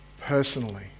personally